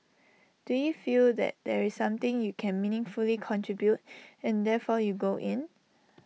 do you feel that there's something you can meaningfully contribute and therefore you go in